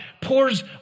pours